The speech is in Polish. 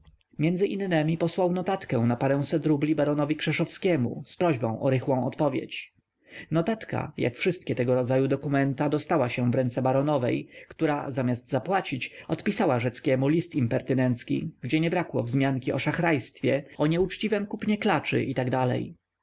między innemi posłał notatkę na paręset rubli baronowi krzeszowskiemu z prośbą o rychłą odpowiedź notatka jak wszystkie tego rodzaju dokumenta dostała się w ręce baronowej która zamiast zapłacić odpisała rzeckiemu list impertynencki gdzie nie brakło wzmianki o szachrajstwie o nieuczciwem kupnie klaczy i tak dalej